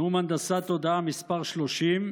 נאום הנדסת תודעה מס' 30,